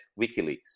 WikiLeaks